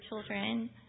children